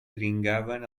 dringaven